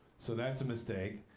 so that's a mistake.